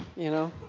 you know?